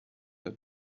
der